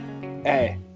Hey